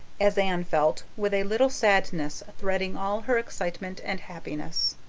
as anne felt with a little sadness threading all her excitement and happiness.